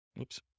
Oops